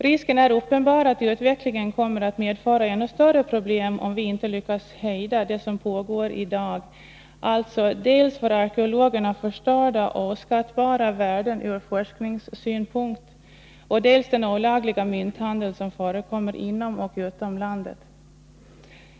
Risken är uppenbar att utvecklingen kommer att medföra ännu större problem, om vi inte lyckas hejda det som pågår i dag, dvs. dels förstörelse av för arkeologerna oskattbara värden ur forskningssynpunkt, dels den olagliga mynthandel som förekommer inom och utom landet.